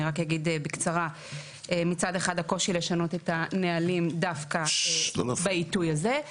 אני רק אגיד בקצרה מצד אחד הקושי לשנות את הנהלים דווקא בעיתוי הזה.